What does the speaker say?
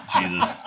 Jesus